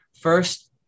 First